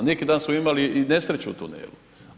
A neki dan smo imali i nesreću u tunelu.